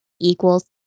equals